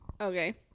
okay